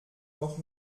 auch